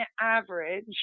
average